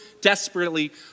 desperately